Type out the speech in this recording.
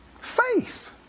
Faith